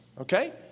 okay